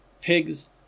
pigs